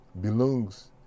belongs